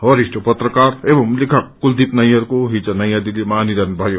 वरिष्ठ पत्रकार एवं लेखक कुलदीप नैयर को हिज नयाँ दिल्लीमा निधन भयो